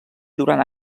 durant